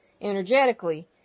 energetically